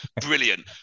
Brilliant